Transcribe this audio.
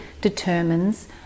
determines